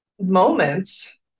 moments